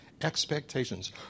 expectations